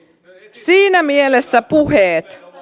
siinä mielessä puheet